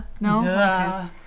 No